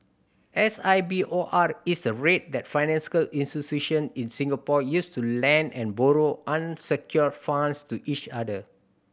S I B O R is the rate that institution in Singapore use to lend and borrow unsecured funds to each other